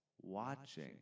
watching